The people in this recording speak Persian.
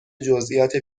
جزییات